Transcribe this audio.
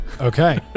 Okay